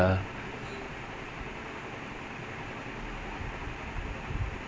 like he's so he's so good at his runs like all the ball positioning is insane